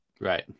Right